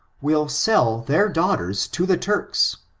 will sell their daughters to the turks,